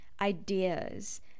ideas